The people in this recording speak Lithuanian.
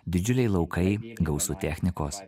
didžiuliai laukai gausu technikos